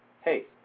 hey